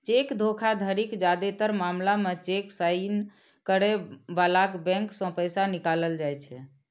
cheque धोखाधड़ीक जादेतर मामला मे चेक साइन करै बलाक बैंक सं पैसा निकालल जाइ छै